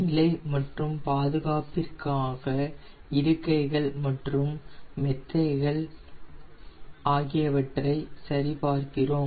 நிலை மற்றும் பாதுகாப்பிற்காக இருக்கைகள் மற்றும் மெத்தைகளை சரிபார்க்கிறோம்